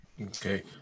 Okay